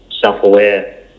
self-aware